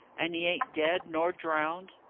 and he ain't dead nor drownded?